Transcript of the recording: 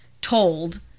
told